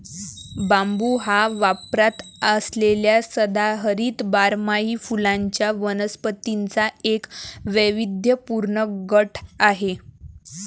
बांबू हा वापरात असलेल्या सदाहरित बारमाही फुलांच्या वनस्पतींचा एक वैविध्यपूर्ण गट आहे